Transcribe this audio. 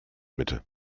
mitte